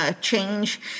change